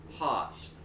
hot